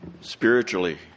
spiritually